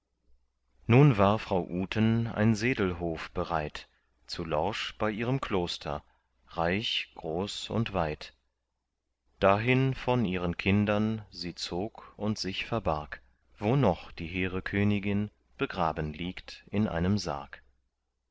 nun war frau uten ein sedelhof bereit zu lorsch bei ihrem kloster reich groß und weit dahin von ihren kindern sie zog und sich verbarg wo noch die hehre königin begraben liegt in einem sarg